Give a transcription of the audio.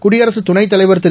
குடியரசு துணைத்தலைவர் திரு